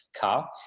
car